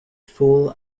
full